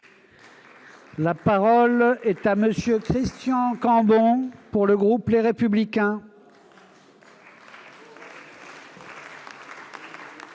La parole est à M. Christian Cambon, pour le groupe Les Républicains.